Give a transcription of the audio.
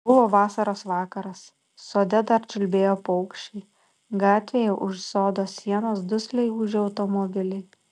buvo vasaros vakaras sode dar čiulbėjo paukščiai gatvėje už sodo sienos dusliai ūžė automobiliai